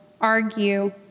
argue